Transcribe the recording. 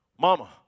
Mama